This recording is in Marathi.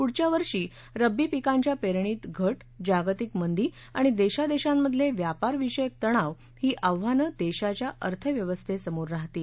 पुढच्या वर्षी रबी पिकांच्या पेरणीत घट जागतिक मंदी आणि देशादेशांमधले व्यापार विषयक तणाव ही आव्हानं देशाच्या अर्थव्यवस्थेसमोर राहतील